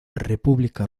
república